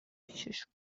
پیششون